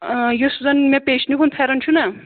آ یُس زَن مےٚ پیچنہِ ہُنٛد پھٮ۪رن چھُنا